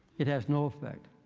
it has no effect.